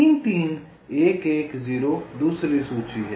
3 3 1 1 0 दूसरी सूची है